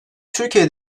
türkiye